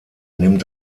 nimmt